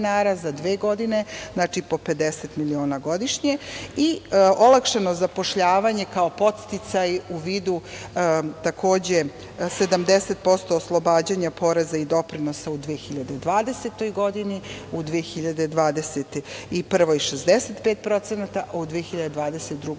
za dve godine, znači po 50 miliona godišnje i olakšano zapošljavanje kao podsticaj u vidu takođe 70% oslobađanja poreza i doprinosa u 2020. godini, u 2021. 65% a u 2022.